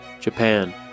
Japan